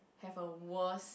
have a worst